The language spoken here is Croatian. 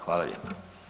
Hvala lijepa.